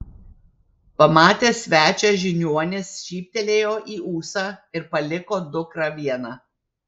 pamatęs svečią žiniuonis šyptelėjo į ūsą ir paliko dukrą vieną